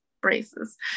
braces